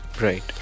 Right